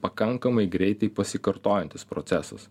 pakankamai greitai pasikartojantis procesas